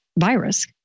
virus